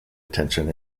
attention